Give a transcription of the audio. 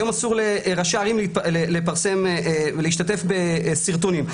היום אסור לראשי ערים לפרסם ולהשתתף בסרטונים.